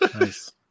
Nice